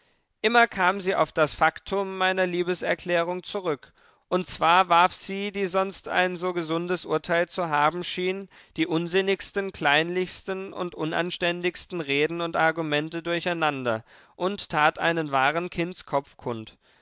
immer kam sie auf das faktum meiner liebeserklärung zurück und zwar warf sie die sonst ein so gesundes urteil zu haben schien die unsinnigsten kleinlichsten und unanständigsten reden und argumente durcheinander und tat einen wahren kindskopf kund